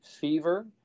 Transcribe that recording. fever